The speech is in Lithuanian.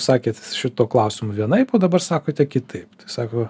sakėt šituo klausimu vienaip o dabar sakote kitaip sako